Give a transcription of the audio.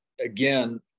again